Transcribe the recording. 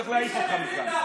צריך להעיף אותך מכאן.